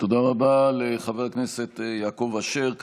תודה רבה לחבר הכנסת יעקב אשר.